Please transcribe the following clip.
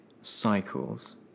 cycles